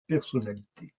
personnalité